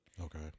okay